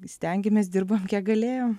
stengėmės dirbom kiek galėjom